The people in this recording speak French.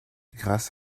grâce